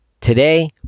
Today